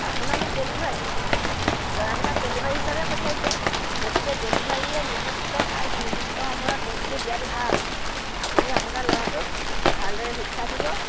আপোনালোক ডেলিভাৰী ল'ৰাবিলাক ডেলিভাৰী হিচাপে পঠিয়াইছে গতিকে ডেলিভাৰীয়ে নিৰ্দিষ্ট ঠাইত নিৰ্দিষ্ট সময়ত বস্তুটো দিয়াটো ভাল আপুনি আপোনাৰ ল'ৰাটোক ভালদৰে শিক্ষা দিব